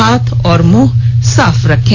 हाथ और मुंह साफ रखें